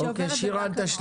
-- שעוברת בקרבת מאור